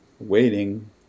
Waiting